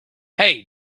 hey